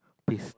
please